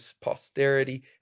posterity